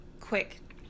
quick